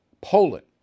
Poland